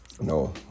No